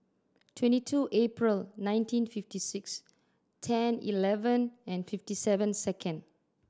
twenty two April nineteen fifty six ten eleven and fifty seven second